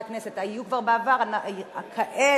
התשע"א 2010, של חברות הכנסת